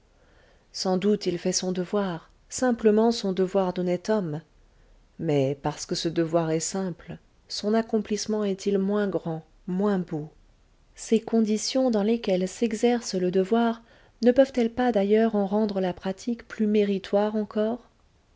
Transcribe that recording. sans doute il fait son devoir simplement son devoir d'honnête homme mais parce que ce devoir est simple son accomplissement est-il moins grand moins beau ces conditions dans lesquelles s'exerce le devoir ne peuvent-elles pas d'ailleurs en rendre la pratique plus méritoire encore